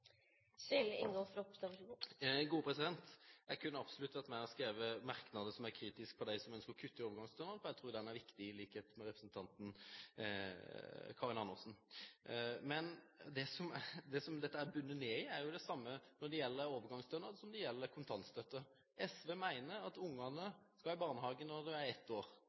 Jeg kunne absolutt vært med og skrevet merknader som er kritiske mot dem som ønsker å kutte i overgangsstønaden, for jeg tror, i likhet med representanten Karin Andersen, at den er viktig. Men det som dette bunner i, er det samme når det gjelder overgangsstønad som når det gjelder kontantstøtte. SV mener at ungene skal være i barnehagen når de er ett år.